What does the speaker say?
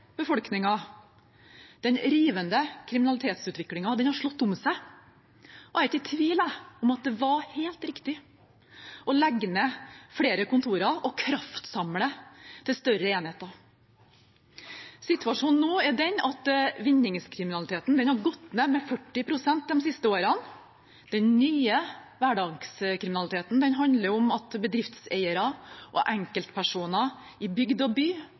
Den rivende kriminalitetsutviklingen har slått om seg, og jeg er ikke i tvil om at det var helt riktig å legge ned flere kontor og kraftsamle til større enheter. Situasjonen nå er den at vinningskriminaliteten har gått ned med 40 pst. de siste årene. Den nye hverdagskriminaliteten handler om at bedriftseiere og enkeltpersoner i bygd og by